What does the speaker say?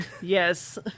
Yes